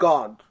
God